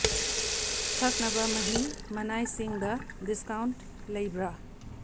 ꯊꯛꯅꯕ ꯃꯍꯤ ꯃꯅꯥꯏꯁꯤꯡꯗ ꯗꯤꯁꯀꯥꯎꯟꯠ ꯂꯩꯕ꯭ꯔꯥ